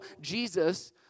Jesus